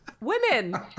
women